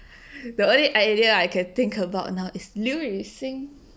the only idea I can think about now is 刘雨欣